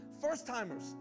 first-timers